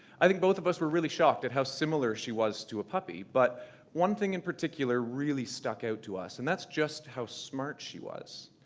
both of us were really shocked at how similar she was to a puppy, but one thing in particular really stuck out to us and that's just how smart she was.